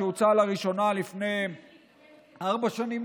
שהוצע לראשונה לפני ארבע שנים,